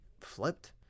flipped